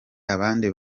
abandi